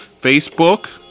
Facebook